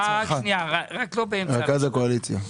רכז הקואליציה.